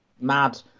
mad